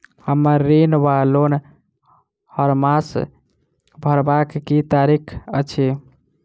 हम्मर ऋण वा लोन हरमास भरवाक की तारीख अछि?